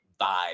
vibe